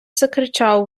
закричав